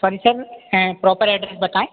furniture proper address बताएँ